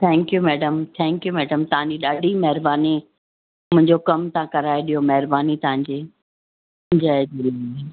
thank you madam thank you madam तव्हांजी ॾाढी महिरबानी मुंहिंजो कमु तव्हां कराए ॾियो महिरबानी तव्हांजी जय झूलेलाल